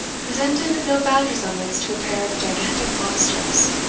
presented no bad resemblance to a pair of gigantic lobsters.